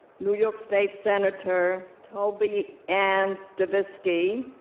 new york state senator, toby ann stavisky,